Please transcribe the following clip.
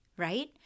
right